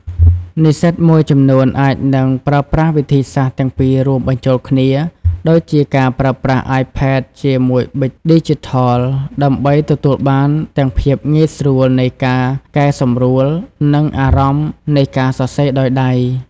និស្សិតមួយចំនួនអាចនឹងប្រើប្រាស់វិធីសាស្ត្រទាំងពីររួមបញ្ចូលគ្នា ដូចជាការប្រើប្រាស់ អាយផេត ជាមួយប៊ិចឌីជីថល ដើម្បីទទួលបានទាំងភាពងាយស្រួលនៃការកែសម្រួល និងអារម្មណ៍នៃការសរសេរដោយដៃ។